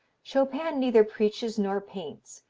chopin neither preaches nor paints,